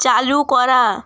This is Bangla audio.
চালু করা